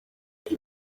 ati